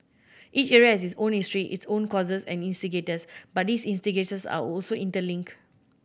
each area has its own history its own causes and instigators but these instigators are also interlinked